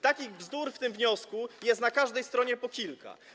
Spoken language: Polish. Takich bzdur w tym wniosku jest na każdej stronie po kilka.